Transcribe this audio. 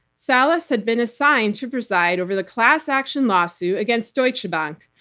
salas had been assigned to preside over the class action lawsuit against deutsche bank,